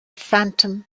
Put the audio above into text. phantom